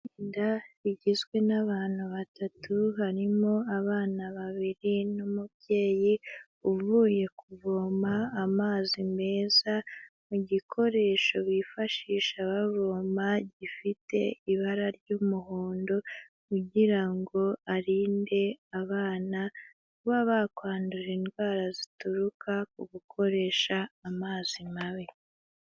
Itsinda rigizwe n'abantu batatu, harimo abana babiri n'umubyeyi uvuye kuvoma amazi meza mu gikoresho bifashisha bavoma, gifite ibara ry'umuhondo kugira ngo arinde abana kuba bakwandura indwara zituruka ku gukoresha amazi mabi.